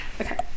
okay